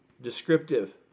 descriptive